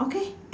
okay